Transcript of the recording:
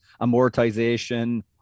amortization